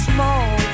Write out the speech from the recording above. Small